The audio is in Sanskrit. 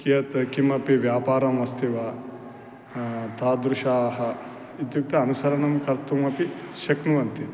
यत् किमपि व्यापारम् अस्ति वा तादृशाः इत्युक्ते अनुसरणं कर्तुम् अपि शक्नुवन्ति